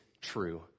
true